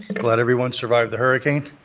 glad everyone survived the hurricane.